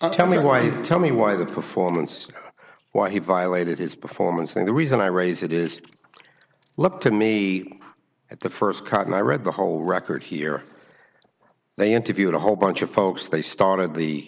and tell me why tell me why the performance why he violated his performance and the reason i raise it is look to me at the first cut and i read the whole record here they interviewed a whole bunch of folks they started the